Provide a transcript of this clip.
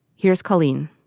here's colleen